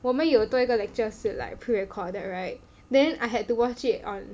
我们有多一个 lecture 是 like pre-recorded right then I had to watch it on